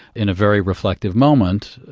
in a very reflective moment,